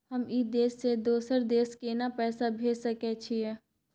हम ई देश से दोसर देश केना पैसा भेज सके छिए?